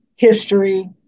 history